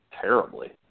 terribly